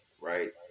right